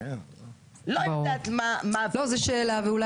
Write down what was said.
והראיה שזה עבר